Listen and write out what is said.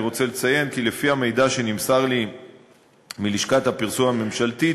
אני רוצה לציין כי לפי המידע שנמסר לי מלשכת הפרסום הממשלתית,